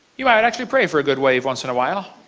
you might actually pray for a good wave once in a while.